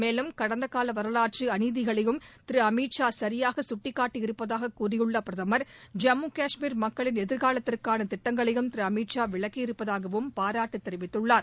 மேலும் கடந்த கால வரலாற்று அநீதிகளையும் திரு அமித் ஷா சியாக சுட்டிக்காட்டியிருப்பதாக கூறியுள்ள பிரதம் ஜம்மு கஷ்மீர் மக்களின் எதிர்காலத்திற்கான திட்டங்களையும் திரு அமித் ஷா விளக்கியிருப்பதாகவும் பாராட்டு தெரிவித்துள்ளார்